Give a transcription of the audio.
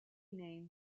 name